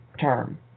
term